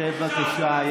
שב, בבקשה.